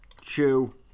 Chew